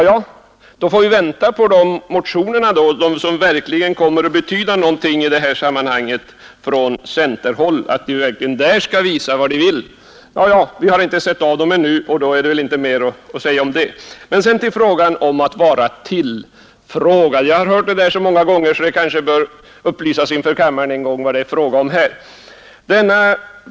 Ja, då får vi väl vänta på de motioner från centerhåll, som verkligen kommer att betyda någonting i det sammanhanget. Vi har inte sett av dem ännu, och därmed är det väl inte mer att säga om den saken. Låt oss sedan ta upp detta med att vara tillfrågad. Jag har hört det så många gånger att kammaren kanske bör upplysas om vad det här gäller.